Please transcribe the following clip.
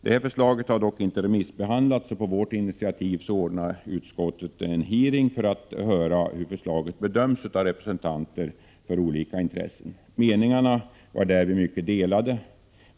Detta förslag har emellertid inte remissbehandlats. På vårt initiativ ordnade utskottet en hearing för att få veta hur förslaget bedöms av representanter för olika intressen. Meningarna var därvid mycket delade.